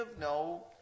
no